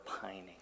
pining